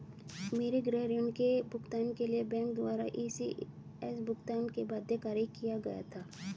मेरे गृह ऋण के भुगतान के लिए बैंक द्वारा इ.सी.एस भुगतान को बाध्यकारी किया गया था